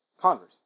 Converse